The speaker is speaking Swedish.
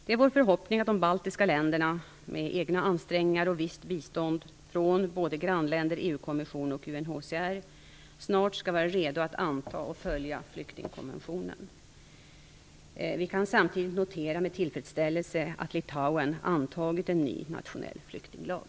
Det är vår förhoppning att de tre baltiska länderna med egna ansträngningar och visst bistånd från såväl grannländer som EU-kommissionen och UNHCR snart skall vara redo att anta och följa flyktingkonventionen. Vi kan samtidigt notera med tillfredsställelse att Litauen antagit en ny nationell flyktinglag.